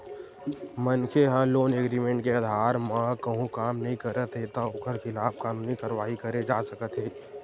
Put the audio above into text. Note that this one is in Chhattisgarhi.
मनखे ह लोन एग्रीमेंट के अधार म कहूँ काम नइ करत हे त ओखर खिलाफ कानूनी कारवाही करे जा सकत हे